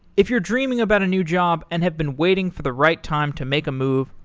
if you're dreaming about a new job and have been waiting for the right time to make a move,